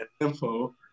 info